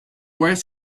worst